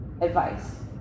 advice